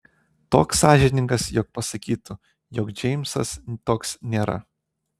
toks sąžiningas kad pasakytų jog džeimsas toks nėra